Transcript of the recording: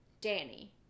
Danny